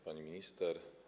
Pani Minister!